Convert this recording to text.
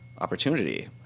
opportunity